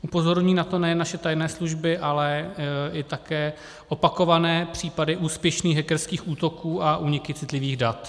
Upozorňují na to nejen naše tajné služby, ale také opakované případy úspěšných hackerských útoků a úniky citlivých dat.